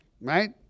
right